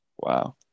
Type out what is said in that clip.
wow